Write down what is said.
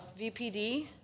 VPD